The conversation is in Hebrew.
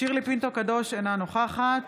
שירלי פינטו קדוש, אינה נוכחת